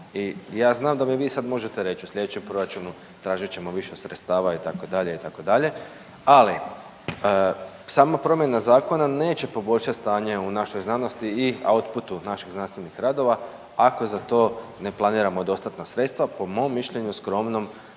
ja znam da mi vi sad možete reći u slijedećem proračunu tražit ćemo više sredstava itd., itd., ali sama promjena zakona neće poboljšat stanje u našoj znanosti i u outputu naših znanstvenih radova ako za to ne planiramo dostatna sredstva. Po mom mišljenju skromnom